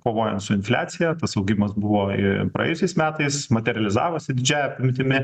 kovojant su infliacija tas augimas buvo ir praėjusiais metais materializavosi didžiąja apimtimi